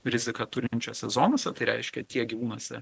riziką turinčiose zonose tai reiškia tiek gyvūnuose